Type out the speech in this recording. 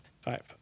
Five